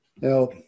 Now